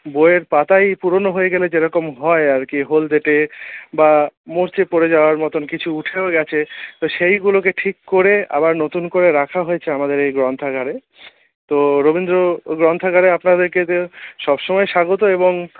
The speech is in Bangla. বইয়ের পাতাই পুরনো হয়ে গেলে যেরকম হয় আর কি হলদেটে বা মরচে পড়ে যাওয়ার মত কিছু উঠেও গেছে তা সেইগুলোকে ঠিক করে আবার নতুন করে রাখা হয়েছে আমাদের এই গ্রন্থাগারে তো রবীন্দ্র গ্রন্থাগারে আপনাদেরকে তো সবসময় স্বাগত এবং